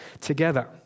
together